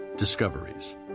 discoveries